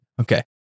Okay